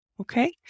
okay